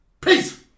Peace